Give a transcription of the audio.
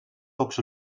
pocs